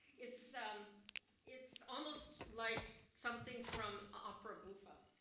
it's um it's almost like something from opera buffa,